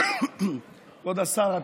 כבוד השר,